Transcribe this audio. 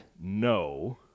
no